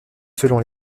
selon